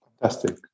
Fantastic